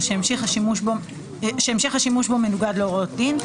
או שהמשך השימוש בו מנוגד להוראות דין;